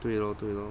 对咯对咯